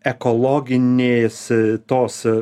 ekologinės tos